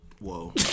Whoa